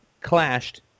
clashed